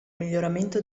miglioramento